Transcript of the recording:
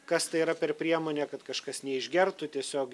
kas tai yra per priemonė kad kažkas neišgertų tiesiog